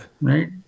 Right